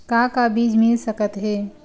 का का बीज मिल सकत हे?